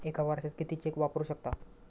एका वर्षात किती चेक वापरू शकता?